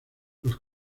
los